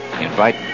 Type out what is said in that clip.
invite